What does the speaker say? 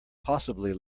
possibly